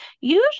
usually